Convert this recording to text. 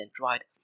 right